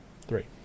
Three